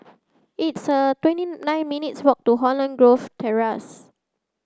it's a twenty nine minutes' walk to Holland Grove Terrace